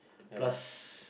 plus